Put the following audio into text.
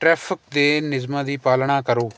traffic ਦੇ ਨਿਯਮਾਂ ਦੀ ਪਾਲਣਾ ਕਰੋ